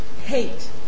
hate